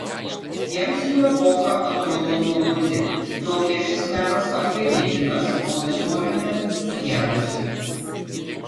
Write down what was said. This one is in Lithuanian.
jiems jų epocha atrodo nuobodi naujasis menas apgailėtinas o visuomenė sugedusi